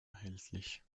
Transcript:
erhältlich